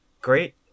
Great